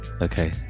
Okay